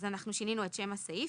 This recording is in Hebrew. אז שינינו את שם הסעיף.